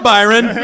Byron